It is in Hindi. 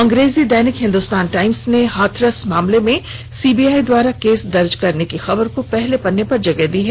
अंग्रेजी दैनिक हिन्दुस्तान टाइम्स ने हाथरस मामले में सीबीआई द्वारा केस दर्ज करने की खबर को पहले पन्ने पर प्रकाशित किया है